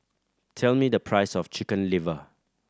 tell me the price of Chicken Liver